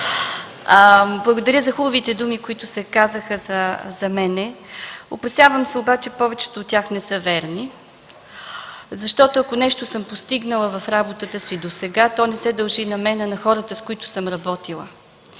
Благодаря за хубавите думи, които се казаха за мен. Опасявам се обаче – повечето от тях не са верни, защото ако нещо съм постигнала в работата си досега, то не се дължи на мен, а на хората, с които съм работила.